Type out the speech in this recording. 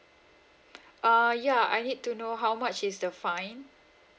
uh ya I need to know how much is the fine